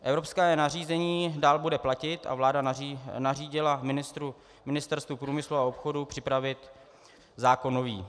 Evropské nařízení dál bude platit a vláda nařídila Ministerstvu průmyslu a obchodu připravit zákon nový.